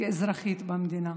כאזרחית במדינה.